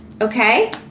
okay